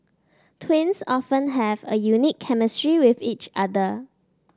twins often have a unique chemistry with each other